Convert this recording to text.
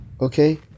Okay